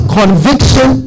conviction